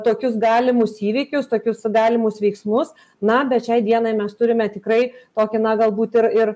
tokius galimus įvykius tokius galimus veiksmus na bet šiai dienai mes turime tikrai tokį na galbūt ir ir